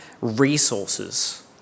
resources